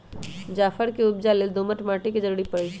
जाफर के उपजा लेल दोमट माटि के जरूरी परै छइ